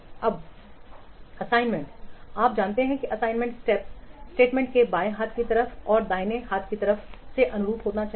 तब असंगत असाइनमेंट आप जानते हैं कि असाइनमेंट स्टेप स्टेटमेंट में बाएं हाथ की तरफ बाईं ओर दाहिने हाथ की तरफ के अनुरूप होना चाहिए